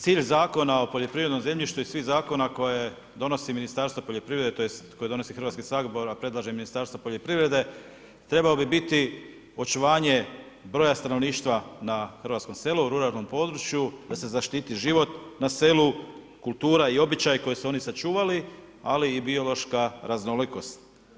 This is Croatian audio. Cilj Zakona o poljoprivrednom zemljištu i svih zakona koje donosi Ministarstvo poljoprivrede tj. koje donosi Hrvatski sabor a predlaže Ministarstvo poljoprivrede trebao bi biti očuvanje broja stanovništva na hrvatskom selu, ruralnom području, da se zaštiti život na selu, kultura i običaju koje su oni sačuvali ali i biološka raznolikost.